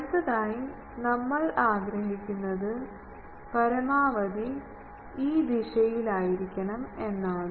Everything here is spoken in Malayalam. അടുത്തതായി നമ്മൾ ആഗ്രഹിക്കുന്നത് പരമാവധി ഈ ദിശയിലായിരിക്കണം എന്നാണ്